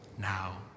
now